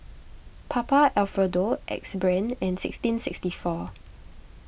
Papa Alfredo Axe Brand and sixteen sixty four